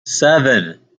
seven